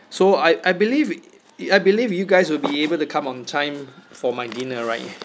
so I I believe I believe you guys will be able to come on time for my dinner right